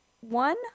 one